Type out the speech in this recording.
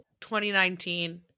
2019